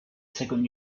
second